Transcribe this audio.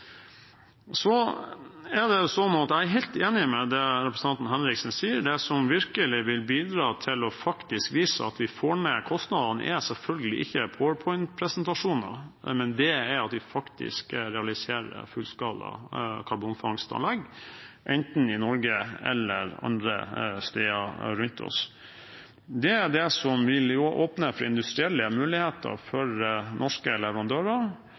Så er jeg helt enig i det representanten Henriksen sier: Det som virkelig vil bidra til å vise at vi faktisk får ned kostnaden, er selvfølgelig ikke PowerPoint-presentasjoner, men det er at vi faktisk realiserer fullskala karbonfangstanlegg, enten i Norge eller andre steder rundt oss. Det er det som vil åpne for industrielle muligheter for norske leverandører,